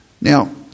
Now